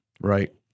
Right